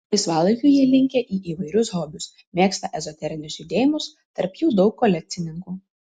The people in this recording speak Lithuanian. laisvalaikiu jie linkę į įvairius hobius mėgsta ezoterinius judėjimus tarp jų daug kolekcininkų